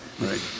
Right